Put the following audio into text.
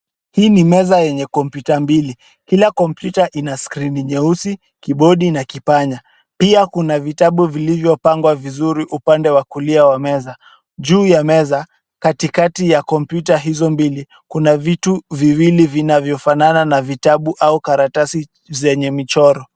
Hii ni meza yenye kompyuta mbili. Kila kompyuta ina skrini nyeusi, Kibodi na kipanya. Pia kuna vitabu vilivyopangwa vizuri upande wa kulia wa meza. Juu ya meza, katikati ya kompyuta hizo mbili, kuna vitu viwili vinavyofanana na vitabu au karatasi zenye mchoro.